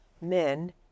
men